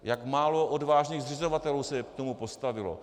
Jak málo odvážných zřizovatelů se k tomu postavilo.